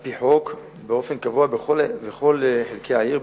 על-פי חוק באופן קבוע בכל חלקי העיר,